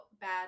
bad